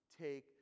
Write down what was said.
take